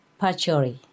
Pachori